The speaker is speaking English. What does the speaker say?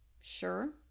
sure